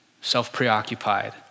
self-preoccupied